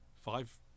Five